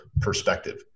perspective